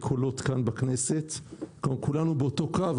בקצה,